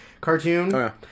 cartoon